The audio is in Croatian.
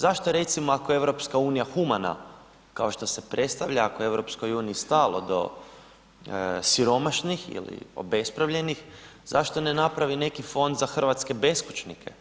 Zašto recimo ako je EU humana kao što se predstavlja, ako je EU stalo do siromašnih ili obespravljenih, zašto ne napravi neki fond za hrvatske beskućnike?